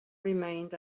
remained